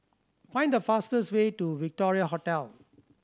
find the fastest way to Victoria Hotel